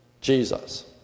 Jesus